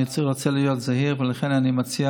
אני רוצה להיות זהיר, ולכן אני מציע